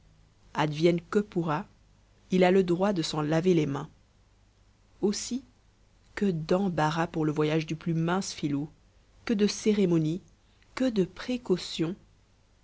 advienne que pourra il a le droit de d'en laver les mains aussi que d'embarras pour le voyage du plus mince filou que de cérémonies que de précautions